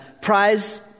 prize